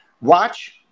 Watch